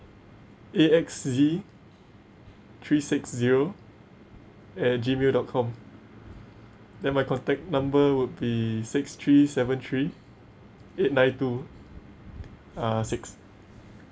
a x z three six zero at gmail dot com then my contact number would be six three seven three eight nine two uh six